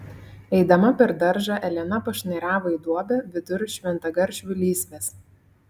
eidama per daržą elena pašnairavo į duobę vidur šventagaršvių lysvės